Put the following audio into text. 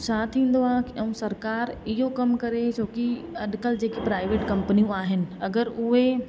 छा थींदो आहे की ऐं सरकार इहो कम करे छोकी अॼुकल्ह जेके प्राइवेट कंपनियूं आहिनि अगरि उहे